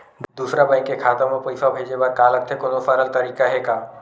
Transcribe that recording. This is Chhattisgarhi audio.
दूसरा बैंक के खाता मा पईसा भेजे बर का लगथे कोनो सरल तरीका हे का?